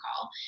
call